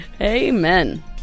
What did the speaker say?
amen